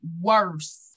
worse